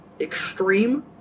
extreme